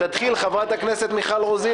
חברת הכנסת מיכל רוזין